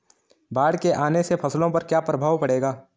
बाढ़ के आने से फसलों पर क्या प्रभाव पड़ेगा?